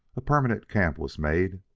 a permanent camp was made,